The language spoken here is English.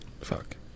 Fuck